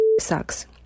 sucks